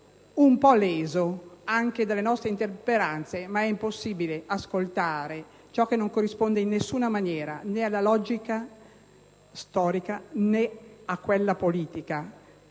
un po' leso anche dalle nostre interperanze, ma è impossibile ascoltare ciò che non corrisponde in nessuna maniera né alla logica storica, né a quella politica,